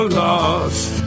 lost